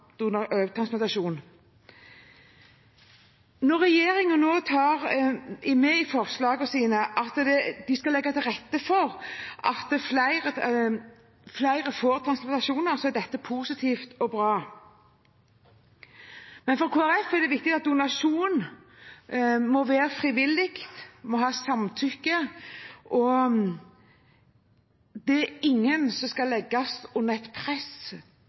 Når regjeringen nå tar med i forslagene sine at den skal legge til rette for at flere får transplantasjoner, er det positivt og bra. Men for Kristelig Folkeparti er det viktig at donasjon må være frivillig, en må ha samtykke. Det er ingen som skal legges under press for å måtte gi fra seg et